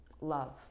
love